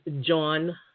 John